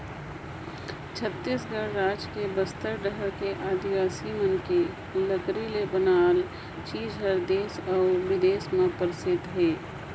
छत्तीसगढ़ रायज के बस्तर डहर के आदिवासी मन के लकरी ले बनाल चीज हर देस अउ बिदेस में परसिद्ध हे